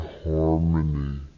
harmony